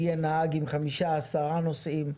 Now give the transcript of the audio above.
הוא יהיה נהג עם חמישה, עשרה נוסעים.